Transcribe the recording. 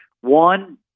one